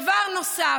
דבר נוסף.